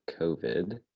COVID